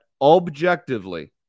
objectively